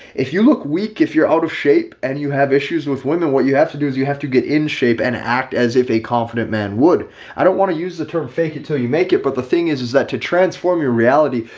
if you look weak, if you're out of shape, and you have issues with women, what you have to do is you have to get in shape and act as if a confident man would i don't want to use the term fake it till you make it but the thing is, is that to transform your reality,